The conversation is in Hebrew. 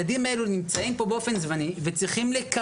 ניסיון של בנייה של נגיד שני מוסדות